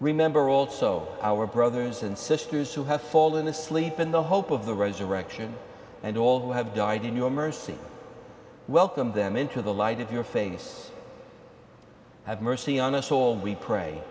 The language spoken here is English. remember also our brothers and sisters who have fallen asleep in the hope of the resurrection and all who have died in your mercy welcomed them into the light of your face have mercy on us all and we pray